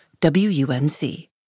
WUNC